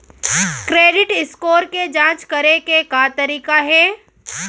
Credit score के जाँच करे के का तरीका हे?